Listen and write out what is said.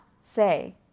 say